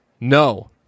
No